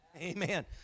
Amen